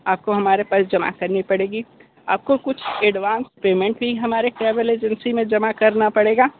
आपको हमारे पास जमा करनी पड़ेगी आपको कुछ अड्वान्स पेमेंट भी हमारे ट्रैवल एजेंसी में जमा करना पड़ेगा